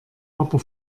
aber